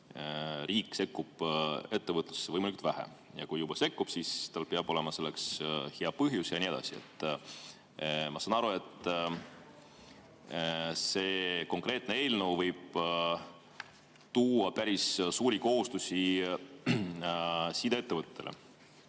riik sekkub ettevõtlusse võimalikult vähe ja kui juba sekkub, siis tal peab olema selleks hea põhjus. Ma saan aru, et see konkreetne eelnõu võib tuua päris suuri kohustusi sideettevõtetele